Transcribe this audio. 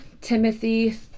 Timothy